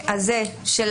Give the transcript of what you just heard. וזה יעבור דרככן,